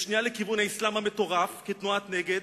שנייה, לכיוון האסלאם המטורף כתנועת נגד.